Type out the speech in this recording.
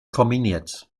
kombiniert